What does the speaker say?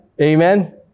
Amen